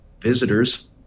visitors